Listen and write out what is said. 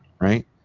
Right